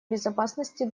безопасности